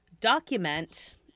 document